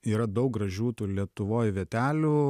yra daug gražių tų lietuvoj vietelių